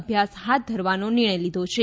અભ્યાસ હાથ ધરવાનો નિર્ણય લીધો છે